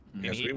Yes